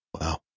Wow